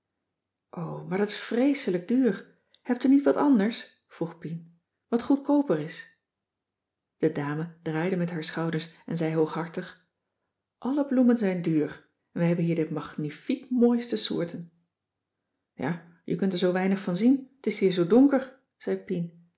maar dat is vreeselijk duur hebt u niet wat anders vroeg pien wat goedkooper is de dame draaide met haar schouders en zei hooghartig alle bloemen zijn duur en we hebben hier de magnifiek mooiste soorten ja je kunt er zoo weinig van zien t is hier zoo donker zei pien